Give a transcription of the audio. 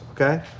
Okay